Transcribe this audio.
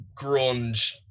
grunge